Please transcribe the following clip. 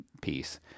piece